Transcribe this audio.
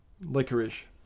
licorice